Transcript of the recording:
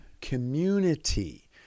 Community